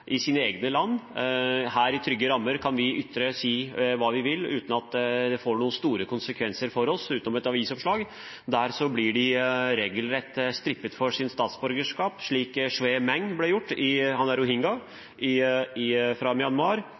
i sine egne land. Her, i trygge rammer, kan vi ytre hva vi vil uten at det får noen store konsekvenser for oss utenom et avisoppslag. Der blir de regelrett strippet for sitt statsborgerskap, slik Shwe Maung ble – han er rohingya, fra Myanmar.